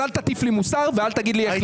אז אל תטיף לי מוסר ואל תגיד לי איך להתנהג.